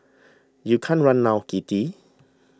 you can't run now kitty